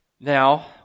Now